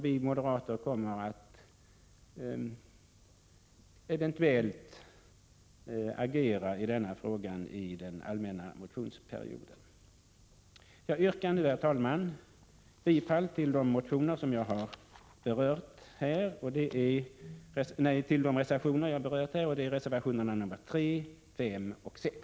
Vi moderater kan komma att agera i denna fråga under den allmänna motionsperioden. Jag yrkar, herr talman, bifall till reservationerna 3, 5 och 6.